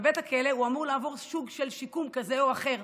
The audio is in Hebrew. בבית הכלא הוא אמור לעבור סוג של שיקום כזה או אחר,